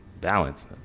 Balance